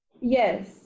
Yes